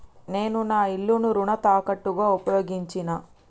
నేను నా ఇల్లును రుణ తాకట్టుగా ఉపయోగించినా